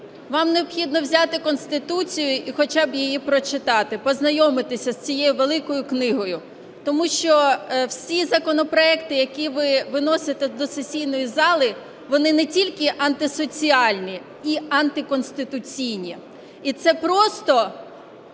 вам необхідно взяти Конституцію і хоча б її прочитати, познайомитися з цією великою книгою. Тому що всі законопроекти, які ви виносите до сесійної зали, вони не тільки антисоціальні і антиконституційні. І це просто